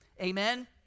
Amen